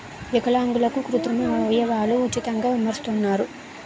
విలాంగులకు కృత్రిమ అవయవాలు ఉచితంగా అమరుస్తున్నారు